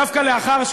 דווקא לאחר,